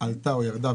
עלתה או ירדה,